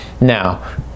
Now